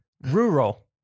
Rural